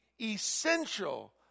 essential